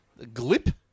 Glip